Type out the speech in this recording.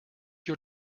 your